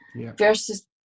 Versus